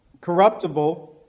corruptible